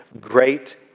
Great